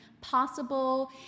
possible